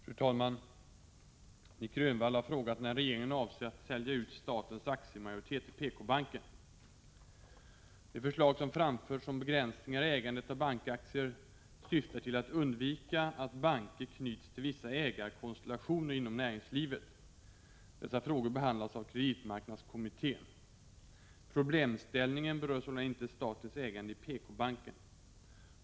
Fru talman! Nic Grönvall har frågat när regeringen avser att sälja ut statens aktiemajoritet i PK-banken. De förslag som framförts om begränsningar i ägandet av bankaktier syftar till att undvika att banker knyts till vissa ägarkonstellationer inom näringslivet. Dessa frågor behandlas av kreditmarknadskommittén . Problemställningen berör sålunda inte statens ägande i PK-banken.